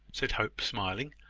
said hope, smiling.